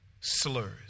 slurs